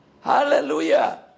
Hallelujah